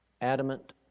adamant